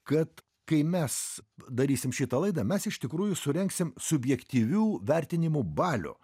kad kai mes darysim šitą laidą mes iš tikrųjų surengsim subjektyvių vertinimų balių